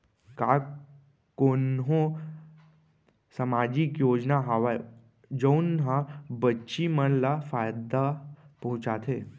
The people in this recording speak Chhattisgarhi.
का कोनहो सामाजिक योजना हावय जऊन हा बच्ची मन ला फायेदा पहुचाथे?